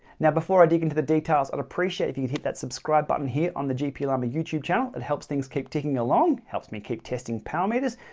now before i dig into the details, i'd appreciate if you'd hit that subscribe button here on the gplama youtube channel that helps things keep ticking along. helps me keep testing power meters,